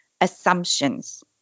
assumptions